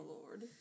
Lord